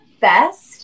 best